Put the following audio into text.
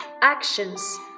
Actions